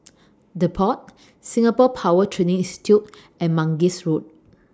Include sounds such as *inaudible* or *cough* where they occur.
*noise* The Pod Singapore Power Training Institute and Mangis Road